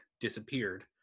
disappeared